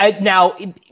Now